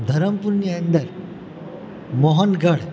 ધરમપુરની અંદર મોહનગઢ